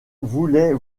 voulais